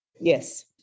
Yes